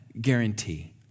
guarantee